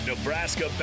Nebraska